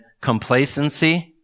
complacency